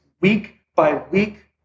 week-by-week